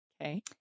Okay